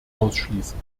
ausschließen